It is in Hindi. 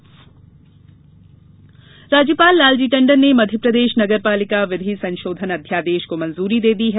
राज्यपाल अध्यादेश राज्यपाल लालजी टंडन ने मध्यप्रदेश नगर पालिक विधि संशोधन अध्यादेश को मंजूरी दे दी है